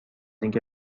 اینکه